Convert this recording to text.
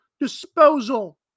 disposal